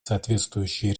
соответствующие